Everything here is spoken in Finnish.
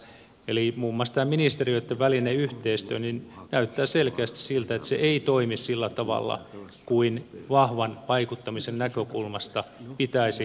eli näyttää selkeästi siltä että muun muassa tämä ministeriöitten välinen yhteistyö ei toimi sillä tavalla kuin sen vahvan vaikuttamisen näkökulmasta pitäisi toimia